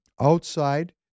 Outside